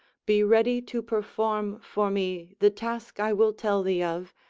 be ready to perform for me the task i will tell thee of,